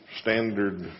standard